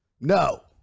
No